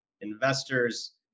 investors